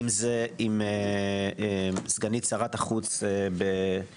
אם זה עם סגנית שרת החוץ במקסיקו,